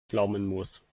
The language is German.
pflaumenmus